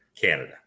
Canada